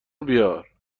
بیار